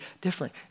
different